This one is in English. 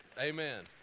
amen